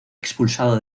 expulsado